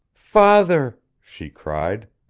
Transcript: father! she cried.